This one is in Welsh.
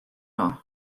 nhw